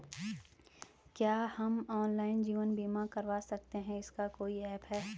क्या हम ऑनलाइन जीवन बीमा करवा सकते हैं इसका कोई ऐप है?